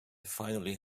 finally